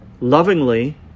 lovingly